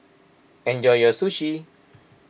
enjoy your Sushi